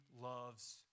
loves